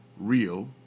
real